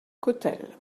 cottel